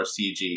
cg